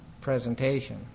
presentation